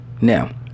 Now